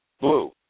Blue